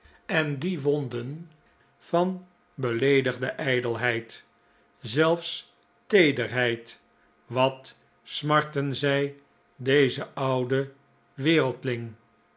en die wonden van beleedigde ijdelheid zelfs teederheid wat smartten zij dezen ouden wereldling